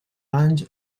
anys